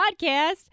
podcast